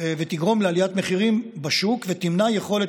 תגרום לעליית מחירים בשוק ותמנע יכולת